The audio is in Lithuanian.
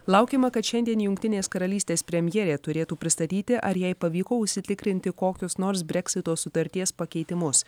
laukiama kad šiandien jungtinės karalystės premjerė turėtų pristatyti ar jai pavyko užsitikrinti kokius nors breksito sutarties pakeitimus